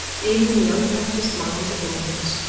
even in the unpractised minds of infants,